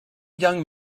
young